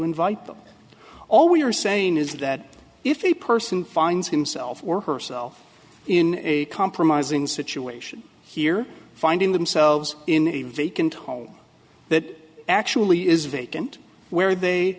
invite them all we are saying is that if a person finds himself or herself in a compromising situation here finding themselves in a vacant home that actually is vacant where they